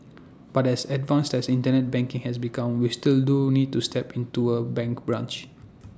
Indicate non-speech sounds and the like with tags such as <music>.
but as advanced as Internet banking has become we still do need to step into A bank branch <noise>